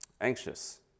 anxious